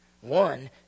One